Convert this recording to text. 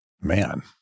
Man